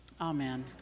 amen